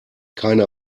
keine